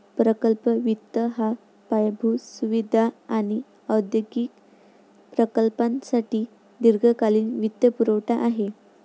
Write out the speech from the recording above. प्रकल्प वित्त हा पायाभूत सुविधा आणि औद्योगिक प्रकल्पांसाठी दीर्घकालीन वित्तपुरवठा आहे